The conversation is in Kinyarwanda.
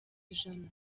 jana